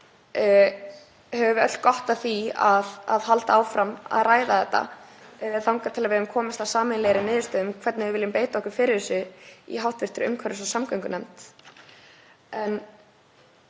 vegna höfum við öll gott af því að halda áfram að ræða þetta þangað til við höfum komist að sameiginlegri niðurstöðu um hvernig við viljum beita okkur fyrir þessu í hv.umhverfis- og samgöngunefnd.